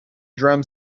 drum